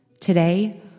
Today